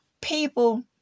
people